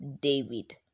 david